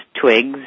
Twigs